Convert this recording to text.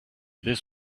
this